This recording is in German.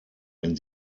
wenn